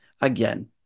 again